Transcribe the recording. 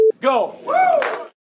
go